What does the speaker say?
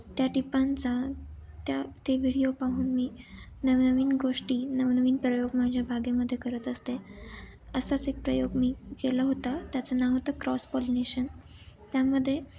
त्या टिपांचा त्या ते व्हिडिओ पाहून मी नवनवीन गोष्टी नवनवीन प्रयोग माझ्या बागेमध्ये करत असते असाच एक प्रयोग मी केला होता त्याचं नाव होतं क्रॉस पॉलिनेशन त्यामध्ये